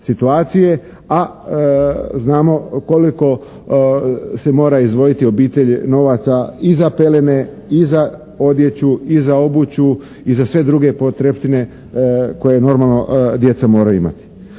a znamo koliko se mora izdvojiti obitelj novaca i za pelene i za odjeću i za obuću i za sve druge potrepštine koje normalno djeca moraju imati.